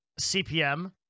CPM